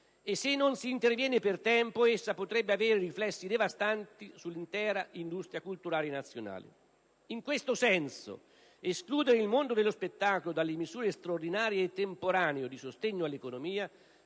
E, se non s'interviene per tempo, essa potrebbe avere riflessi devastanti sull'intera industria culturale nazionale. In questo senso, escludere il mondo dello spettacolo dalle misure straordinarie e temporanee di sostegno all'economia,